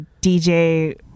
DJ